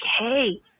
okay